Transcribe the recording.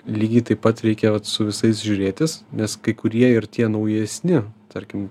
lygiai taip pat reikia vat su visais žiūrėtis nes kai kurie ir tie naujesni tarkim